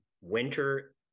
Winter